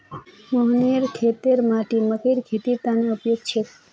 मोहनेर खेतेर माटी मकइर खेतीर तने उपयुक्त छेक